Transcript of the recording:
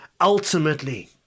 ultimately